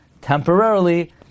temporarily